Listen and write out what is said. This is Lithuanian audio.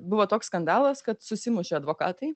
buvo toks skandalas kad susimušė advokatai